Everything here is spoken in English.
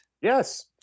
Yes